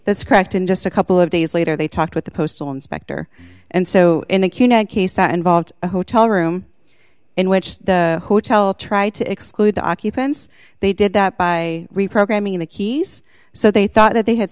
that's cracked in just a couple of days later they talked with the postal inspector and so in a case that involved a hotel room in which the hotel tried to exclude the occupants they did that by reprogramming the keys so they thought that they had